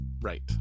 Right